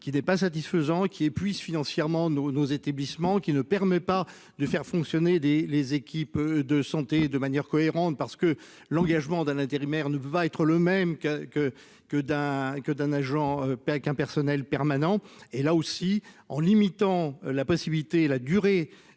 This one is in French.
qui n'est pas satisfaisant qui épuise financièrement nos nos établissements qui ne permet pas de faire fonctionner des. Les équipes de santé de manière cohérente parce que l'engagement d'un intérimaire ne va être le même que que que d'un que d'un agent avec un personnel permanent, et là aussi en limitant la possibilité la durée